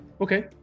Okay